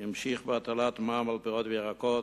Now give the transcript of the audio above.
המשיך בהטלת מע"מ על פירות וירקות,